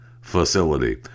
facility